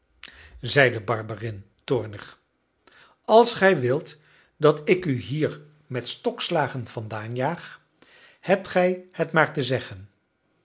zeide barberin toornig als gij wilt dat ik u hier met stokslagen vandaan jaag hebt gij het maar te zeggen